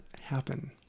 happen